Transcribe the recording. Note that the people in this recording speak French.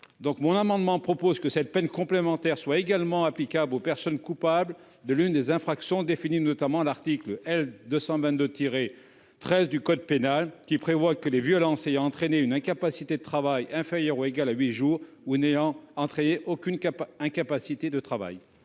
mon amendement propose que cette peine complémentaire soit également applicable aux personnes coupables de l'une des infractions définies, notamment l'article L 222 tiré 13 du code pénal qui prévoit que les violences ayant entraîné une incapacité de travail inférieure ou égale à huit jours ou en entrée aucune incapacité de travail.